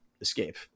escape